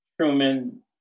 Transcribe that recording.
Truman